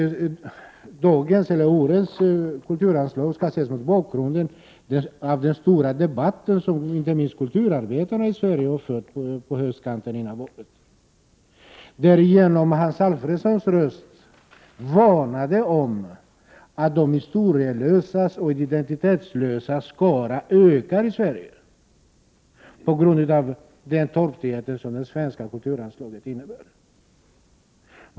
Årets kulturanslag skall ses mot bakgrund av den stora debatt som inte minst kulturarbetarna i Sverige förde på höstkanten före valet. Genom Hans Alfredson varnade de för att de historielösas och identitetslösas skara i Sverige ökar på grund av den torftighet som det svenska kulturanslaget medför.